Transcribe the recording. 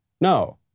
No